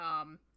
um-